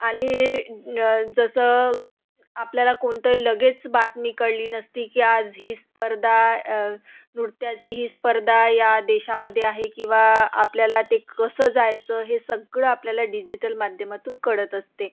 आणि जसं आपल्याला कोणतं लगेच बातमी कळली नसती की आज ही स्पर्धा नृत्याची ही स्पर्धा या देशामध्ये आहे किंवा आपल्याला ते कसं जायचं हे सगळं आपल्याला डिजिटल माध्यमातून कळत असते